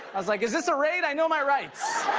i was like is this a raid, i know my rits.